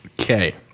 Okay